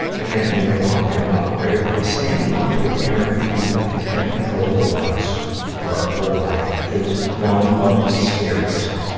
again, you know, talking about bravery standing up to a parent who has had control over us for our whole life is one of the scariest,